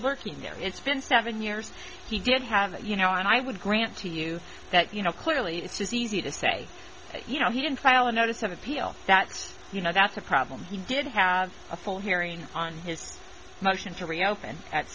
lurking there it's been seven years he did have you know and i would grant to you that you know clearly it's easy to say you know he didn't file a notice of appeal that's you know that's a problem he did have a full hearing on his motion to reopen at